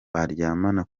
baryamana